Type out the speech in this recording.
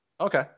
Okay